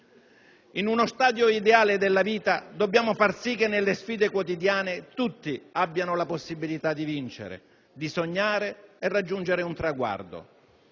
In uno stadio ideale della vita dobbiamo far sì che nelle sfide quotidiane tutti abbiano la possibilità di vincere, di sognare e raggiungere un traguardo.